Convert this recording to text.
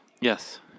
Yes